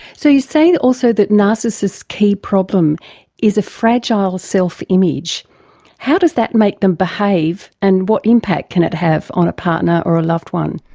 so you say also that narcissists' key problem is a fragile self-image. how does that make them behave and what impact can it have on a partner or a loved one?